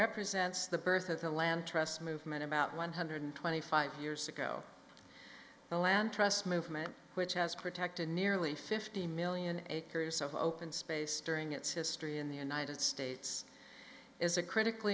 represents the birth of the land trust movement about one hundred twenty five years ago the land trust movement which has protected nearly fifty million acres of open space during its history in the united states is a critical